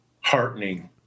heartening